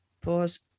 pause